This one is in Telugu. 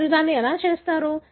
మీరు దీన్ని ఎలా చేస్తారు